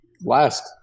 last